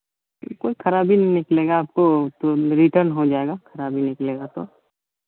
ई कोई खराबी में निकलेगा आपको तो रिटर्न हो जाएगा खराबी निकलेगा तो